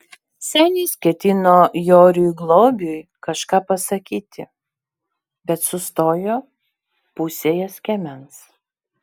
senis ketino joriui globiui kažką pasakyti bet sustojo pusėje skiemens